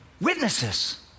witnesses